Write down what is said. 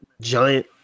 giant